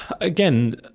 again